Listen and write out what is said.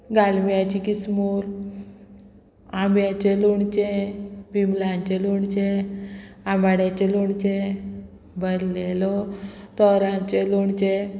गालम्याची किसमूर आंब्याचें लोणचें बिमलांचें लोणचें आंबाड्याचें लोणचें बरलेलो तोराचें लोणचें